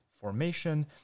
formation